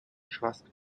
trust